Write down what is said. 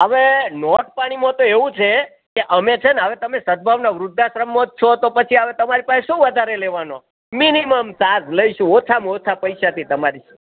હવે નોટ પાણીમાં તો એવું છે કે અમે છેને હવે તમે સદભાવના વૃદ્ધાશ્રમમાં જ છો તો પછી હવે તમારી પાસે શું વધારે લેવાનો મિનિમમ ચાર્જ લઈશું ઓછામાં ઓછા પૈસાથી તમારી